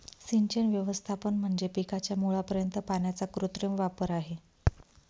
सिंचन व्यवस्थापन म्हणजे पिकाच्या मुळापर्यंत पाण्याचा कृत्रिम वापर आहे